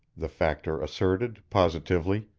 the factor asserted, positively.